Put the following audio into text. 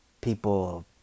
people